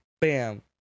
bam